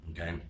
okay